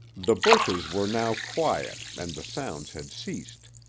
the bushes were now quiet and the sounds had ceased,